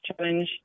challenge